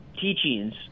teachings